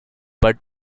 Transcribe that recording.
but